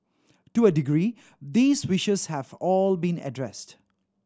to a degree these wishes have all been addressed